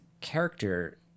character